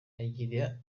agira